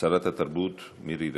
שרת התרבות מירי רגב.